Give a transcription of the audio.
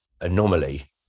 anomaly